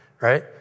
right